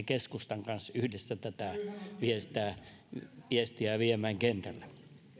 keskustan kanssa yhdessä tätä viestiä viemään kentälle